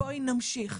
בואי נמשיך".